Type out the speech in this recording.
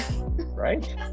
right